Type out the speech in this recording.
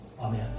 Amen